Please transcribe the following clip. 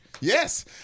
Yes